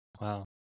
wow